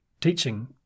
teaching